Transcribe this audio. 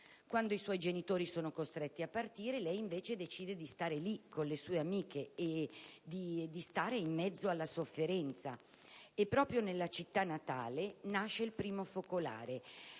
Quando i suoi genitori sono costretti a partire, lei decide invece di restare con le sue compagne, di stare in mezzo alla sofferenza. Proprio nella città natale nasce il primo focolare,